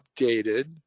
updated